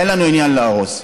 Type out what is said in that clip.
אין לנו עניין להרוס.